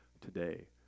today